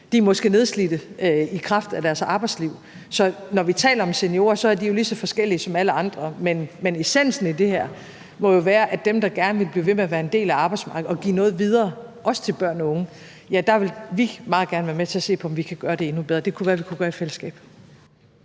De er måske nedslidte i kraft af deres arbejdsliv. Så når vi taler om seniorer, er de jo lige så forskellige som alle andre. Men essensen i det her må være, at i forhold til dem, der gerne vil blive ved med at være en del af arbejdsmarkedet og give noget videre, også til børn og unge, vil vi meget gerne være med til at se på, om vi kan gøre det endnu bedre. Det kunne være, vi kunne gøre det i fællesskab.